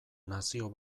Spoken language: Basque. nazio